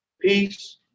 peace